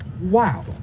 wow